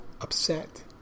upset